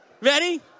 Ready